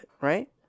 right